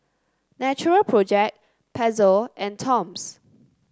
Natural Project Pezzo and Toms